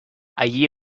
allí